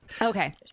Okay